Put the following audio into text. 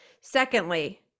Secondly